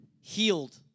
healed